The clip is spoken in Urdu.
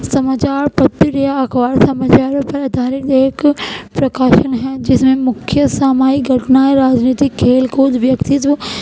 سماچار پتر یا اخبار سماچاروں پر آدھارت ایک پرکاشن ہے جس میں مکھیہ ساماجک گھٹنائیں راجنیتک کھیل کود ویکتتو